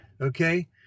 Okay